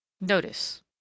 Notice